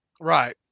Right